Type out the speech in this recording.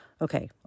Okay